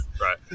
Right